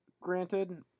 Granted